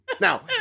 Now